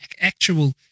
actual